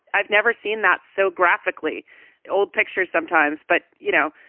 i've never seen that so graphically in old pictures sometimes. but, you know,